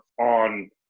on